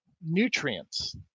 nutrients